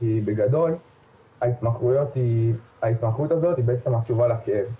כי בגדול ההתמכרות הזאת היא בעצם תשובה לכאב,